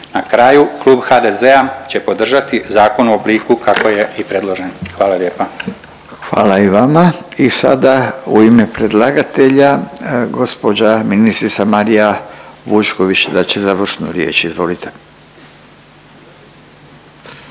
Na kraju, Klub HDZ-a će podržati zakon u obliku kako je i predložen, hvala lijepa. **Radin, Furio (Nezavisni)** Hvala i vama. I sada u ime predlagatelja gđa. ministrica Marija Vučković dat će završnu riječ, izvolite.